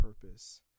purpose